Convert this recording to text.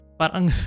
parang